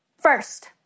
First